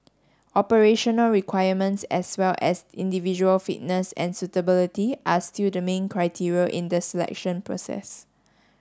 operational requirements as well as individual fitness and suitability are still the main criteria in the selection process